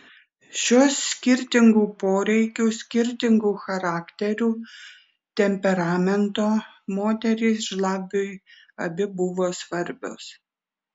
šios skirtingų poreikių skirtingų charakterių temperamento moterys žlabiui abi buvo svarbios